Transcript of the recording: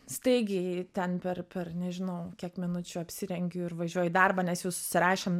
staigiai ten per per nežinau minučių apsirengiu ir važiuoju į darbą nes jau susirašėm